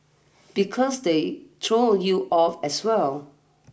because they throws you off as well